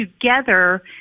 together